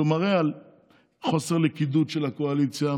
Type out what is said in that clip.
זה מראה על חוסר לכידות של הקואליציה,